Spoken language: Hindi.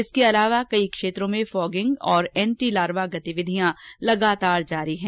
इसके अलावा कई क्षेत्रों में फोगिंग और एंटी लार्वा गतिविधियां लगातार जारी है